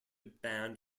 band